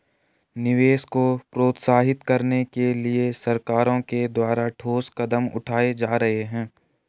निवेश को प्रोत्साहित करने के लिए सरकारों के द्वारा ठोस कदम उठाए जा रहे हैं